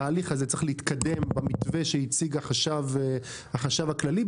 התהליך הזה צריך להתקדם במתווה שהציג החשב הכללי.